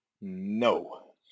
No